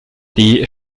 die